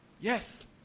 Yes